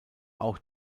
auch